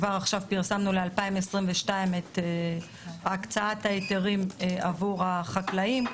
כבר עכשיו פרסמנו לשנת 2022 את הקצאת ההיתרים עבור החקלאים,